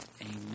Amen